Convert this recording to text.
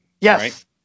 Yes